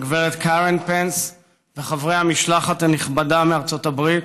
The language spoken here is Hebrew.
הגברת קארן פנס וחברי המשלחת הנכבדה מארצות הברית,